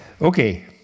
Okay